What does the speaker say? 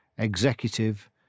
executive